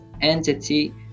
entity